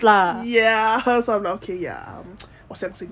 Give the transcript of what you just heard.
ya so I was like okay 我相信你啦 hor